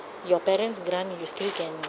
your parents grant you still can